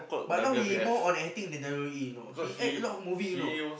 but now he more on acting than W_W_E you know he act a lot movie you know